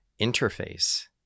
interface